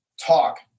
talk